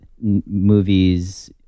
movies